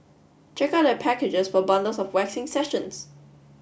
check out their packages for bundles of waxing sessions